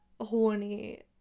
horny